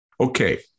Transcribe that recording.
Okay